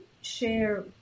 share